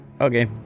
Okay